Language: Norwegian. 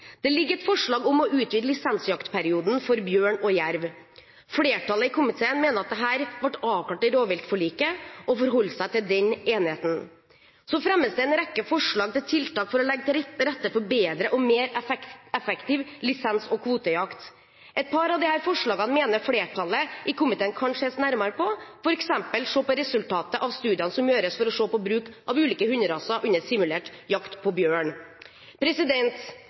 Det foreligger et forslag om å utvide lisensjaktperioden for bjørn og jerv. Flertallet i komiteen mener at dette ble avklart i rovviltforliket, og forholder seg til den enigheten. Så fremmes det en rekke forslag til tiltak for å legge til rette for bedre og mer effektiv lisens- og kvotejakt. Et par av disse forslagene mener flertallet i komiteen at kan ses nærmere på, f.eks. å se på resultatet av studiene som gjøres for å se på bruk av ulike hunderaser under simulert jakt på bjørn.